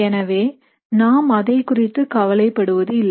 எனவே நாம் அதைக் குறித்து கவலைப்படுவது இல்லை